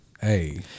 Hey